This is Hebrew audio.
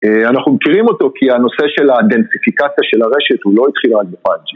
אנחנו מכירים אותו כי הנושא של האדנציפיקציה של הרשת הוא לא התחיל רק בפאנג'י.